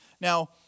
Now